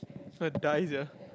will die sia